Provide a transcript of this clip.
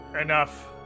enough